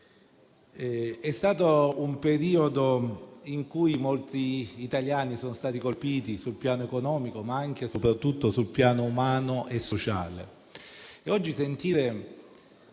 È stato un periodo in cui molti italiani sono stati colpiti sul piano economico, ma anche e soprattutto sul piano umano e sociale.